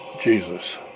Jesus